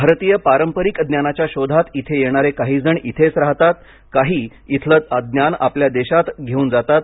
भारतीय पारंपरिक ज्ञानाच्या शोधात इथे येणारे काहीजण इथेच राहतात काही इथलं ज्ञान आपल्या देशात घेऊन जातात